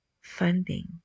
funding